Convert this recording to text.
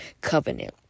covenant